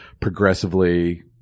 progressively